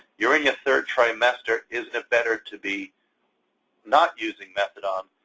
you're in your third trimester. isn't it better to be not using methadone?